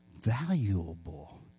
valuable